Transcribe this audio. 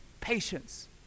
patience